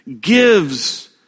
gives